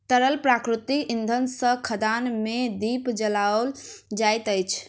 तरल प्राकृतिक इंधन सॅ खदान मे दीप जराओल जाइत अछि